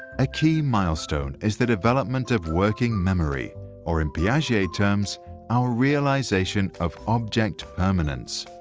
a key milestone is the development of working memory or in piaget terms our realization of object permanence.